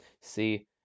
See